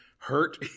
hurt